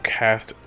cast